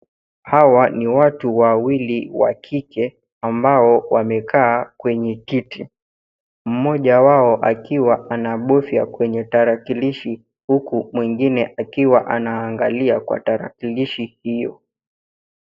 Hawa ni watu wawili wa kike ambao wamekaa kwenye kiti. Mmoja wao akiwa anabofya kwenye tarakilishi, huku mwengine akiwa anaangalia kwa tarakilishi hio.